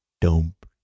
Dump